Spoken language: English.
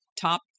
top